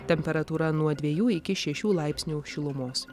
temperatūra nuo dvejų iki šešių laipsnių šilumos